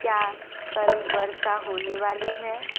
क्या कल वर्षा होने वाली है